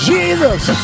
Jesus